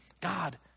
God